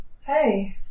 hey